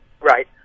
Right